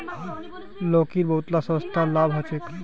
लौकीर बहुतला स्वास्थ्य लाभ ह छेक